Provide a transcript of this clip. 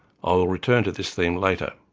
ah will return to this theme later.